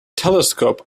telescope